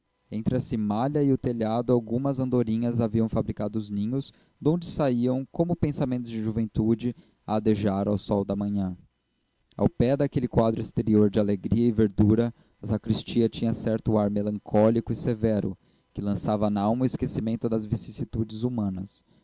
a cimalha e o telhado algumas andorinhas haviam fabricado os ninhos donde saíam como pensamentos de juventude a adejar ao sol da manhã ao pé daquele quadro exterior de alegria e verdura a sacristia tinha certo ar melancólico e severo que lançava nalma o esquecimento das vicissitudes humanas